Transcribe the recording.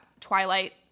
twilight